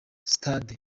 stade